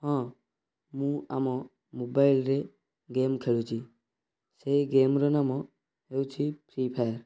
ହଁ ମୁଁ ଆମ ମୋବାଇଲରେ ଗେମ୍ ଖେଳୁଛି ସେ ଗେମ୍ ର ନାମ ହେଉଛି ଫ୍ରି ଫାୟାର